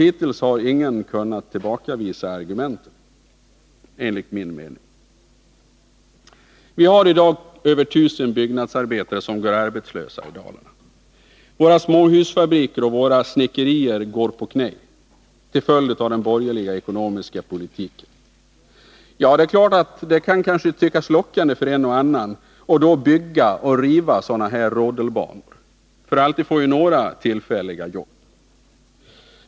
Hittills har ingen enligt min mening kunnat tillbakavisa våra argument. Vi har i dag över tusen arbetslösa byggnadsarbetare i Dalarna. Våra småhusfabriker och snickerier går på knä till följd av den borgerliga ekonomiska politiken. Det är klart att det kan tyckas lockande för en och annan att då bygga och riva sådana här rodelbanor, för alltid får ju några människor tillfälliga jobb.